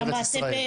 למה אתם,